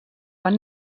van